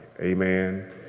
Amen